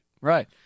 Right